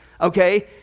okay